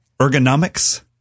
ergonomics